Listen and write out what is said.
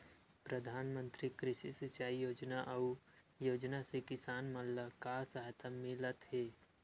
प्रधान मंतरी कृषि सिंचाई योजना अउ योजना से किसान मन ला का सहायता मिलत हे?